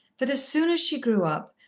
that as soon as she grew up,